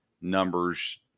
numbers